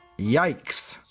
yikes!